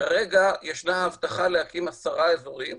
כרגע ישנה הבטחה להקים עשרה אזורים,